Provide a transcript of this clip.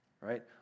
right